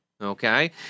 okay